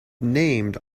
named